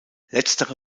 letztere